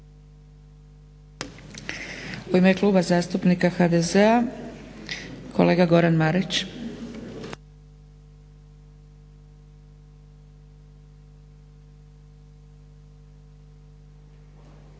U ime Kluba zastupnika HDZ-a kolega Goran Marić.